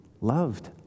loved